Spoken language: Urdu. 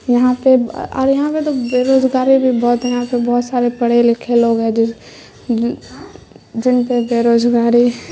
یہاں پہ اور یہاں پہ تو بےروزگاری بھی بہت ہے یہاں پہ بہت سارے پڑھے لکھے لوگ ہیں جس جن پہ بےروزگاری